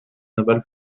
navales